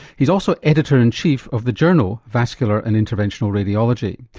he's also editor in chief of the journal vascular and interventional radiology.